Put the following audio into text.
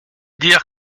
dire